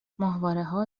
ماهوارهها